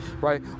Right